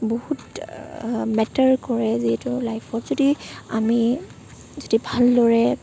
বহুত মেটাৰ কৰে যিহেতু লাইফত যদি আমি যদি ভাল দৰে